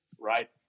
Right